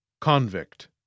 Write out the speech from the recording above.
convict